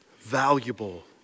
valuable